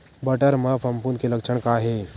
बटर म फफूंद के लक्षण का हे?